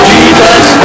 Jesus